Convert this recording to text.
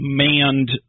manned